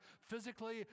physically